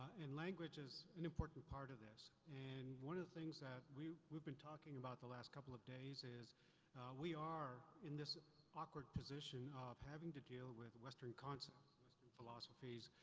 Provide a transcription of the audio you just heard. and language is an important part of this and one of the things that we've been talking about the last couple of days is we are in this awkward position of having to deal with western concepts, western philosophies.